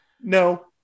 No